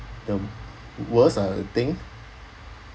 the worst uh thing